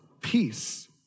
peace